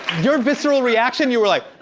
your visceral reaction, you were like,